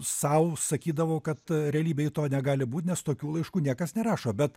sau sakydavau kad realybėj to negali būt nes tokių laiškų niekas nerašo bet